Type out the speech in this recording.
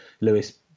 lewis